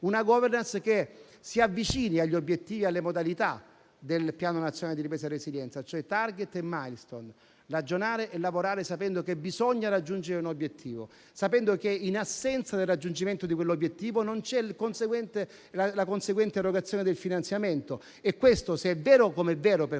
una *governance* che si avvicini agli obiettivi e alle modalità del Piano nazionale di ripresa e resilienza, cioè *target* e *milestone*, ragionare e lavorare sapendo che bisogna raggiungere un obiettivo, sapendo che in assenza del raggiungimento di quell'obiettivo, non c'è la conseguente erogazione del finanziamento. Se questo è vero, come è vero, per